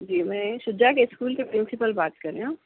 جی میں شجاع کے اسکول کی پرنسپل بات کر رہی ہوں